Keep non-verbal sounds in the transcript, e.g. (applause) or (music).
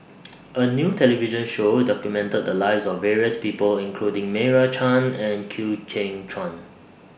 (noise) A New television Show documented The Lives of various People including Meira Chand and Chew Kheng Chuan